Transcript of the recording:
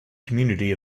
community